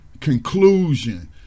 conclusion